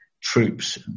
troops